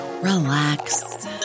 relax